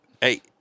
hey